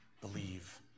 believe